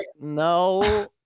no